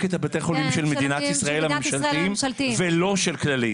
את בתי החולים של מדינת ישראל הממשלתיים ולא של כללית.